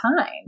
time